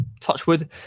Touchwood